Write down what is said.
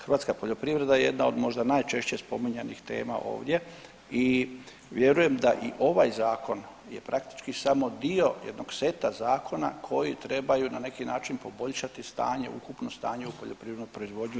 Hrvatska poljoprivreda je jedna od najčešće spominjanih tema ovdje i vjerujem da i ovaj zakon je praktički samo dio jednog seta zakona koji trebaju na neki način poboljšati stanje, ukupno stanje u poljoprivrednoj proizvodnji RH.